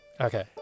Okay